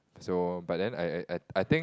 so but then I I think